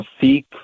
seek